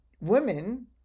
women